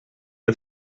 est